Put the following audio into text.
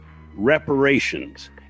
reparations